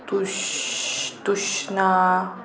तुष तुष्ना